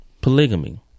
polygamy